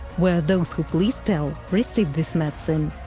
where those who pleased el received this medicine,